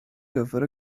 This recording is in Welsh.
gyfer